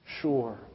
sure